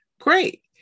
great